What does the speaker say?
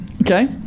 Okay